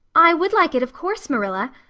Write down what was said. i would like it, of course, marilla.